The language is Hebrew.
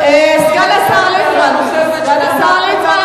סגן השר ליצמן,